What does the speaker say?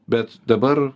bet dabar